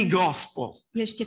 gospel